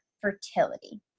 fertility